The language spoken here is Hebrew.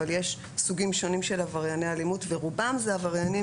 אבל יש סוגים שונים של עברייני אלימות ורובם זה עבריינים